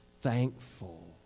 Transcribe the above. thankful